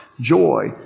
joy